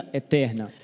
eterna